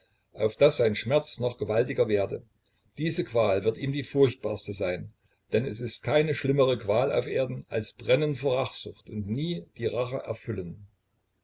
auf daß sein schmerz noch gewaltiger werde diese qual wird ihm die furchtbarste sein denn es ist keine schlimmere qual auf erden als brennen vor rachsucht und nie die rache erfüllen